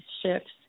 shifts